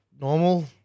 normal